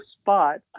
spot